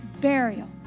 burial